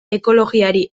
ekologiari